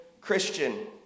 Christian